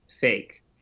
fake